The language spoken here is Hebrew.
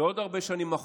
עוד הרבה שנים,